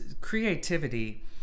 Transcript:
creativity